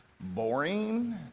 boring